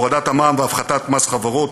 הורדת המע"מ והפחתת מס חברות,